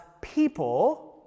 people